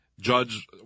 Judge